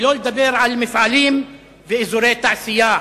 שלא לדבר על מפעלים ואזורי תעשייה.